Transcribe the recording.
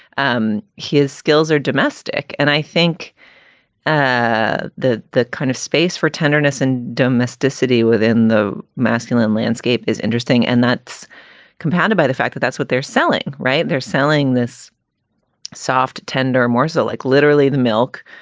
um his skills are domestic, and i think ah that the kind of space for tenderness and domesticity within the masculine landscape is interesting, and that's compounded by the fact that that's what they're selling. right. they're selling this soft tender morsel like literally the milk,